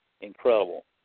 incredible